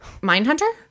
Mindhunter